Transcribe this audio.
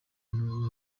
nto